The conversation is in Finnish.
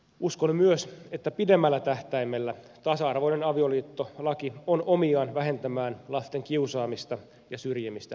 uskon myös että pidemmällä tähtäimellä tasa arvoinen avioliittolaki on omiaan vähentämään lasten kiusaamista ja syrjimistä yhteiskunnassamme